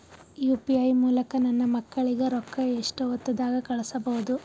UPI ಮೂಲಕ ನನ್ನ ಮಕ್ಕಳಿಗ ರೊಕ್ಕ ಎಷ್ಟ ಹೊತ್ತದಾಗ ಕಳಸಬಹುದು?